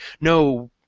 no